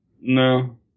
No